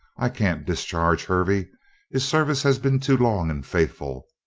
i can't discharge hervey his service has been too long and faithful.